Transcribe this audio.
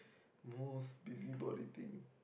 most busybody thing